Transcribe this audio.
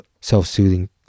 self-soothing